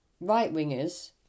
Right-wingers